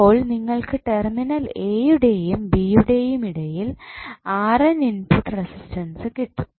അപ്പോൾ നിങ്ങൾക്കു terminal A യുടെയും ബി യുടെയും ഇടയിൽ ഇൻപുട്ട് റെസിസ്റ്റൻസ് കിട്ടും